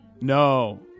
No